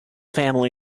family